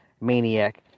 maniac